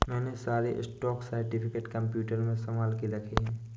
मैंने सारे stock certificate computer में संभाल के रखे हैं